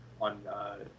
on